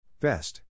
best